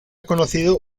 conocido